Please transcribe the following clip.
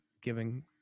giving